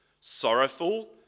sorrowful